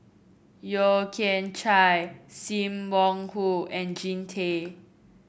Yeo Kian Chye Sim Wong Hoo and Jean Tay